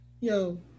yo